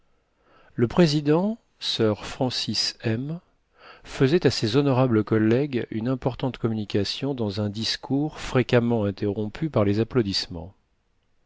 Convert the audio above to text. le président sir francis m faisait à ses honorables collègues une importante communication dans un discours fréquemment interrompu par les applaudissements